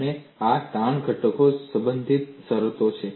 અને આ તાણ ઘટકો સંબંધિત શરતો છે